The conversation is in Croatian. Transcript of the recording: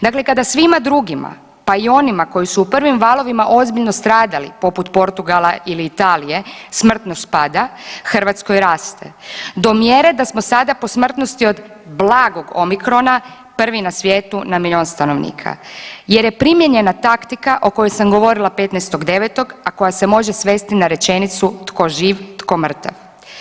Dakle, kada svima drugima pa i onima koji su u prvim valovima ozbiljno stradali poput Portugala ili Italije smrtnost pada, Hrvatskoj raste do mjere da smo sada po smrtnosti od blagog omikrona prvi na svijetu na milion stanovnika jer je primijenjena taktika o kojoj sam govorila 15.9., a koja se može svesti na rečenicu tko živ, tko mrtav.